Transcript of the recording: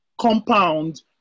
compound